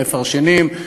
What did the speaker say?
מפרשנים,